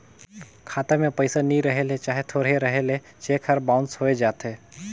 खाता में पइसा नी रहें ले चहे थोरहें रहे ले चेक हर बाउंस होए जाथे